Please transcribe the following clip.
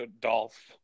Dolph